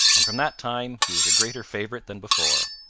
and from that time he was a greater favourite than before.